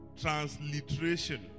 transliteration